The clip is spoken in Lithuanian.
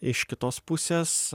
iš kitos pusės